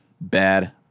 bad